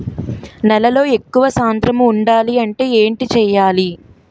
నేలలో ఎక్కువ సాంద్రము వుండాలి అంటే ఏంటి చేయాలి?